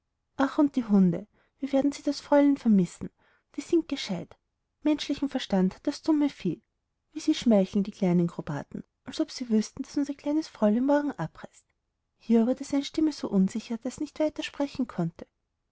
ach und die hunde wie werden sie das fräulein vermissen die sind gescheit menschlichen verstand hat das dumme vieh wie sie schmeicheln die kleinen krobaten als ob sie wüßten daß unser kleines fräulein morgen abreist hier wurde seine stimme so unsicher daß er nicht weiter sprechen konnte